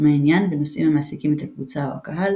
ותחומי עניין ונושאים המעסיקים את הקבוצה/קהל